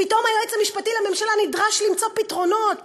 פתאום היועץ המשפטי לממשלה נדרש למצוא פתרונות,